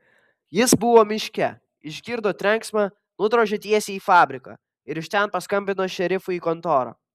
jis buvo miške išgirdo trenksmą nudrožė tiesiai į fabriką ir iš ten paskambino šerifui į kontorą